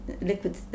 liquid